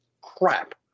crap